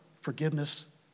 forgiveness